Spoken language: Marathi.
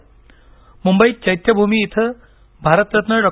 म्ंबईत चैत्यभूमी इथं भारतरत्न डॉ